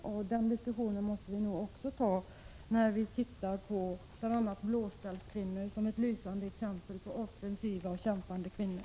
Den diskussionen måste vi nog också föra i samband med att vi tittar på bl.a. blåställskvinnorna såsom lysande exempel på offensiva och kämpande kvinnor.